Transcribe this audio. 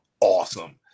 awesome